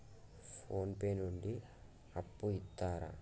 Phone pay నుండి అప్పు ఇత్తరా?